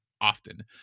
often